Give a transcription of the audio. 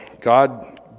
God